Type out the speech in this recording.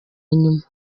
nyuma